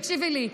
תקשיבי לי,